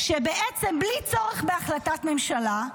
שבעצם בלי צורך בהחלטת ממשלה,